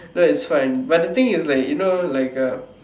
no it's fine but the thing is like you know like uh